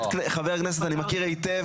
חבר הכנסת אני מכיר היטב,